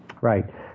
right